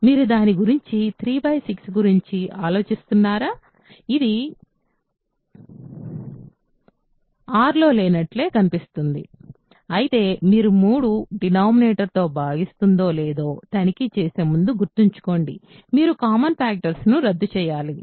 మీరు దాని గురించి 3 6 గురించి ఆలోచిస్తున్నారా ఇది R లో లేనట్లు కనిపిస్తోంది అయితే మీరు 3 డినామినేటర్ తో భాగిస్తుందో లేదో తనిఖీ చేసే ముందు గుర్తుంచుకోండి మీరు కామన్ ఫ్యాక్టర్స్ ను రద్దు చేయాలి